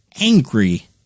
angry